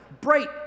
Bright